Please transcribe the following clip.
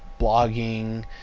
blogging